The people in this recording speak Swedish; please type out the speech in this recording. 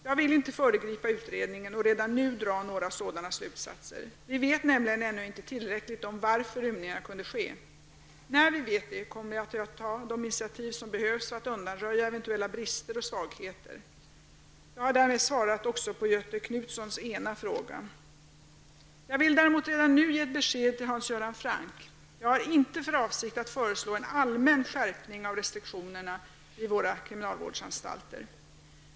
Jag vill inte föregripa utredningen och redan nu dra några sådana slutsatser. Vi vet nämligen ännu inte tillräckligt om varför rymningarna kunde ske. När vi vet det kommer jag att ta de initiativ som behövs för att undanröja eventuella brister och svagheter. Jag har därmed svarat också på Göthe Knutsons ena fråga. Jag vill däremot redan nu ge ett besked till Hans Göran Franck. Jag har inte för avsikt att föreslå en allmän skärpning av restriktionerna vid våra kriminalvårdsanstalter.